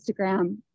Instagram